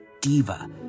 diva